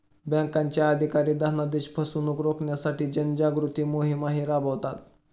बँकांचे अधिकारी धनादेश फसवणुक रोखण्यासाठी जनजागृती मोहिमाही राबवतात